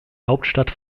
hauptstadt